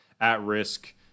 at-risk